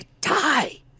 die